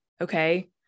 okay